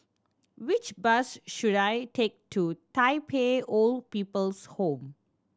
which bus should I take to Tai Pei Old People's Home